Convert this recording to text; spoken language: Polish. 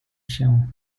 się